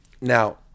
Now